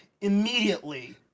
immediately